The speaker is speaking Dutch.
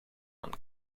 van